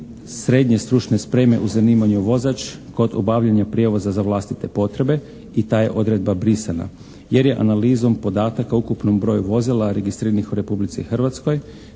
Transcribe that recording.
srednje stručne spreme u zanimanju vozač kod obavljanja prijevoza za vlastite potrebe i ta je odredba brisana, jer je analizom podataka o ukupnom broju vozila registriranih u Republici Hrvatskoj